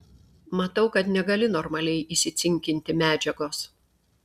matau kad negali normaliai įsicinkinti medžiagos